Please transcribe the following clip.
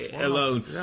alone